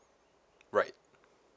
right